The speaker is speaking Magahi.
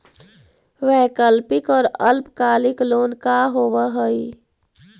वैकल्पिक और अल्पकालिक लोन का होव हइ?